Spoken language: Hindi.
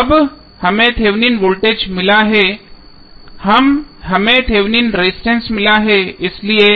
अब हमें थेवेनिन वोल्टेज मिला है हमें थेवेनिन रेजिस्टेंस मिला है इसलिए